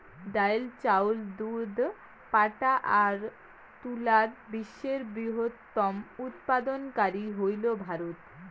ডাইল, চাউল, দুধ, পাটা আর তুলাত বিশ্বের বৃহত্তম উৎপাদনকারী হইল ভারত